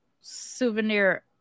souvenir